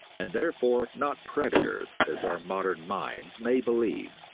and therefore not predators as our modern minds may believe.